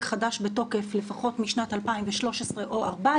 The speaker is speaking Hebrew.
חדש" בתוקף לפחות משנת 2013 או 2014,